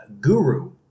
Guru